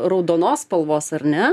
raudonos spalvos ar ne